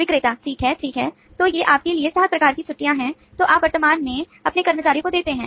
विक्रेता ठीक है तो ये आपके लिए 7 प्रकार की छुट्टी हैं जो आप वर्तमान में अपने कर्मचारियों को देते हैं